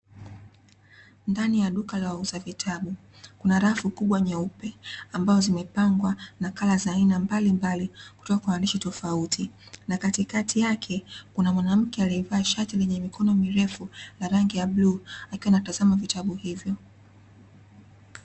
Ndani ya duka la wauza vitabu kuna rafu kubwa nyeupe ambayo zimepangwa nakala za aina mbalimbali kutoka kwa waandishi tofauti, na katikati yake kuna mwanamke aliyevaa shati lenye mikono mirefu la rangi ya bluu akiwa anatazama vitabu hivo.